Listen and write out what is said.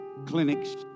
Clinics